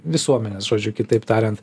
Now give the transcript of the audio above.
visuomenės žodžiu kitaip tariant